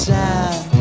time